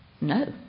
No